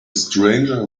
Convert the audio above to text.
stranger